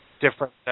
different